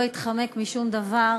לא התחמק משום דבר,